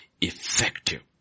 effective